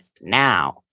now